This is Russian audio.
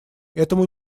этому